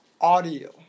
audio